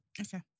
Okay